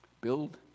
Build